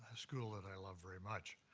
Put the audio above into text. school that i love very much.